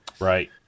Right